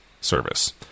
service